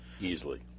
easily